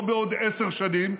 לא בעוד עשר שנים,